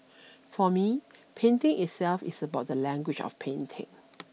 for me painting itself is about the language of painting